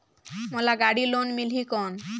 मोला गाड़ी लोन मिलही कौन?